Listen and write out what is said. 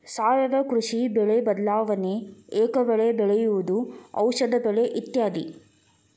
ಸಾವಯುವ ಕೃಷಿ, ಬೆಳೆ ಬದಲಾವಣೆ, ಏಕ ಬೆಳೆ ಬೆಳೆಯುವುದು, ಔಷದಿ ಬೆಳೆ ಇತ್ಯಾದಿ